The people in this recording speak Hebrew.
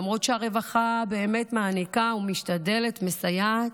למרות שהרווחה באמת מעניקה ומשתדלת, מסייעת,